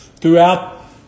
throughout